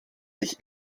sich